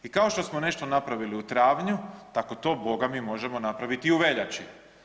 I kao što smo nešto napravili u travnju tako to boga mi možemo napraviti i u veljači.